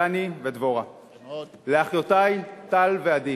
דני ודבורה, לאחיותי, טל ועדי,